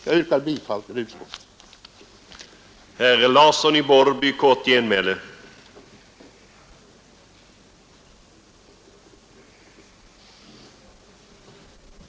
Jag yrkar bifall till utskottets hemställan.